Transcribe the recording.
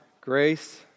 grace